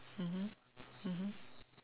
mmhmm mmhmm